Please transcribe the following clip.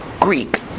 Greek